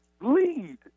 lead